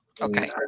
okay